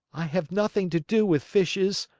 i have nothing to do with fishes.